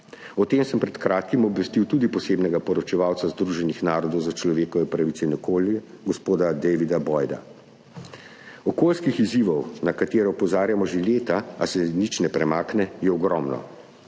O tem sem pred kratkim obvestil tudi posebnega poročevalca Združenih narodov za človekove pravice in okolje gospoda Davida Boyda. Okoljskih , na katere opozarjamo že leta, a se nič ne premakne, je ogromno.